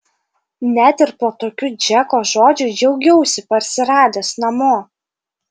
net ir po tokių džeko žodžių džiaugiausi parsiradęs namo